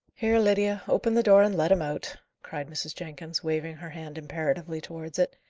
here, lydia, open the door and let him out, cried mrs. jenkins, waving her hand imperatively towards it.